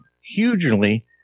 hugely